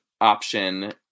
option